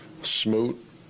Smoot